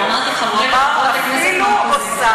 אמרתי: חברי וחברות הכנסת מהאופוזיציה.